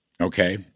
okay